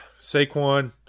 Saquon